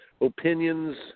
Opinions